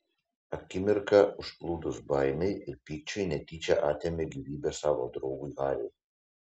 akimirką užplūdus baimei ir pykčiui netyčia atėmė gyvybę savo draugui hariui